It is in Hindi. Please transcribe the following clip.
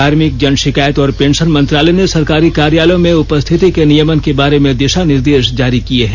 कार्मिक जन शिकायत और पेंशन मंत्रालय ने सरकारी कार्यालयों में उपस्थिति के नियमन के बारे में दिशा निर्देश जारी किये हैं